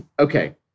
Okay